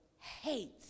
hates